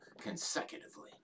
consecutively